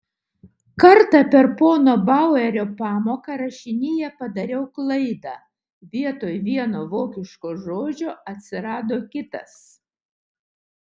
kartą per pono bauerio pamoką rašinyje padariau klaidą vietoj vieno vokiško žodžio atsirado kitas